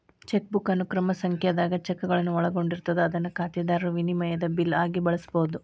chequebook ಅನುಕ್ರಮ ಸಂಖ್ಯಾದಾಗ ಚೆಕ್ಗಳನ್ನ ಒಳಗೊಂಡಿರ್ತದ ಅದನ್ನ ಖಾತೆದಾರರು ವಿನಿಮಯದ ಬಿಲ್ ಆಗಿ ಬಳಸಬಹುದು